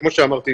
כמו שאמרתי,